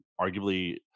arguably